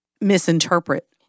misinterpret